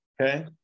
Okay